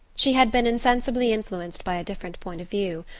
she had been insensibly influenced by a different point of view,